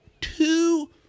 two